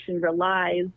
relies